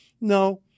No